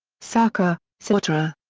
sarkar, sahotra.